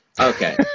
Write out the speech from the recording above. Okay